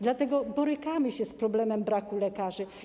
Dlatego borykamy się z problemem braku lekarzy.